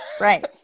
Right